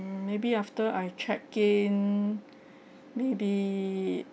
maybe after I check in maybe